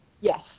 Yes